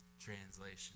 translation